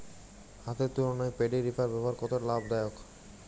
হাতের তুলনায় paddy reaper ব্যবহার কতটা লাভদায়ক?